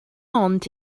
ond